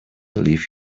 leave